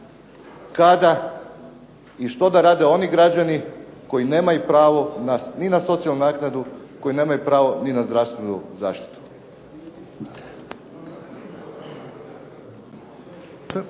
kada i što da rade oni građani koji nemaju pravo ni na socijalnu naknadu, koji nemaju pravo ni na zdravstvenu zaštitu?